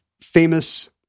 famous